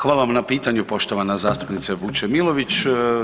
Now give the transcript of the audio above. Hvala vam na pitanju, poštovana zastupnice Vučemilović.